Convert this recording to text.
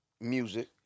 music